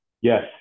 Yes